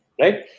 right